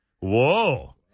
Whoa